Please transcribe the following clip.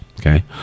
okay